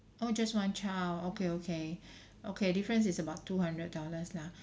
oh just one child okay okay okay difference is about two hundred dollars lah